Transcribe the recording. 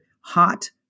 hot